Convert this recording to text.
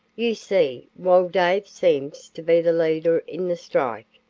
you see, while dave seems to be the leader in the strike,